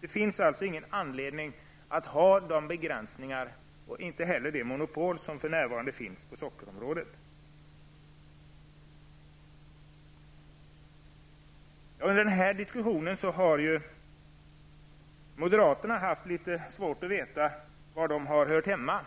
Det finns ingen anledning att ha begränsningar och inte heller det monopol som för närvarande finns på sockerområdet. Under denna diskussion har moderaterna haft litet svårt att veta var de har hört hemma.